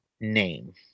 name